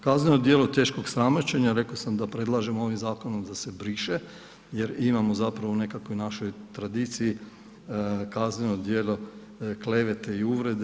Kazneno djelo teškog sramoćenja, rekao sam da predlažemo ovim zakonom da se briše jer imamo zapravo u nekakvoj našoj tradiciji kazneno djelo klevete i uvrede.